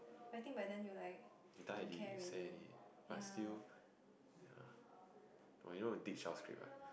you tired already you seh already but still ya oh you know the script right